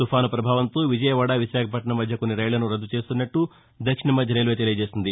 తుఫాను ప్రభావంతో విజయవాడ విశాఖపట్నం మధ్య కొన్ని రైళ్లను రద్ద చేస్తున్నట్లు దక్షిణ మధ్య రైల్వే తెలియచేసింది